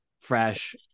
fresh